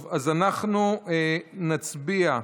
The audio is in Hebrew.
אנחנו נצביע,